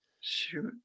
Shoot